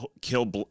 kill